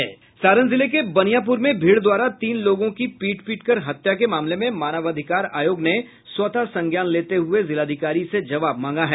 सारण जिले के बनियापुर में भीड़ द्वारा तीन लोगों की पीट पीट कर हत्या के मामले में मानवाधिकार आयोग ने स्वतः संज्ञान लेते हुए जिलाधिकारी से जवाब मांगा है